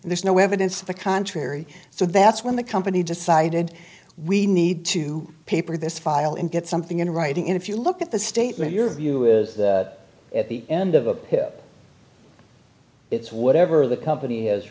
and there's no evidence to the contrary so that's when the company decided we need to paper this file and get something in writing and if you look at the statement your view is at the end of a pip it's whatever the company has